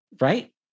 right